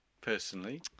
personally